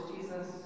Jesus